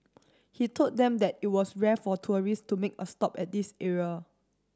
he told them that it was rare for tourists to make a stop at this area